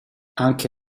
anche